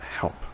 help